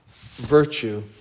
virtue